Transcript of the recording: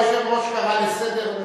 היושב-ראש קרא לסדר.